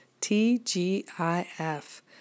T-G-I-F